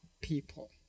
people